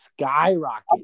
skyrocket